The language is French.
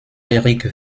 éric